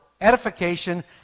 edification